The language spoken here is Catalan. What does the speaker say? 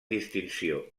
distinció